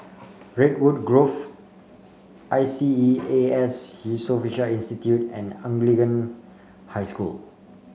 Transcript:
Redwood Grove I S E A S Yusof Ishak Institute and Anglican High School